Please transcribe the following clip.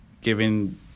given